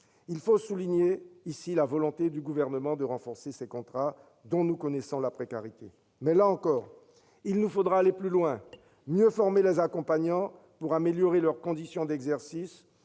Soulignons ici la volonté du Gouvernement de renforcer ces contrats, dont nous connaissons la précarité. Là encore, il nous faudra aller plus loin, en formant mieux les accompagnants, pour améliorer leurs conditions d'exercice